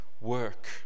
work